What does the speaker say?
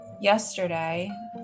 yesterday